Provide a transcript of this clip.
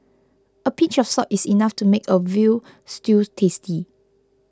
a pinch of salt is enough to make a Veal Stew tasty